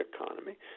economy